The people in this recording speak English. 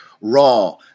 raw